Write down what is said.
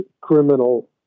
criminal